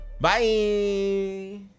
Bye